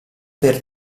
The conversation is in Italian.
per